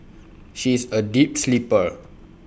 she is A deep sleeper